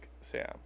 Sam